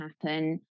happen